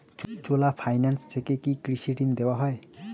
চোলা finance থেকে কি কৃষি ঋণ দেওয়া হয়?